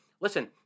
Listen